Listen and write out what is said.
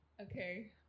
Okay